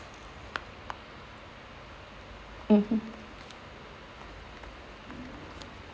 mmhmm